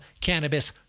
cannabis